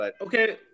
Okay